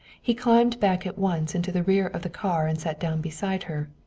he climbed back at once into the rear of the car and sat down beside her.